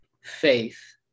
faith